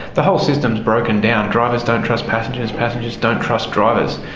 the whole system is broken down drivers don't trust passengers, passengers don't trust drivers.